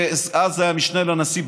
אז היה זה המשנה לנשיא,